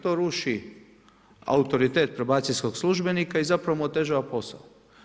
To ruši autoritet probacijskog službenika i zapravo mu otežava posao.